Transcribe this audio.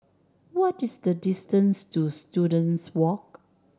what is the distance to Students Walk